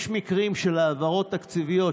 יש מקרים של העברות תקציביות,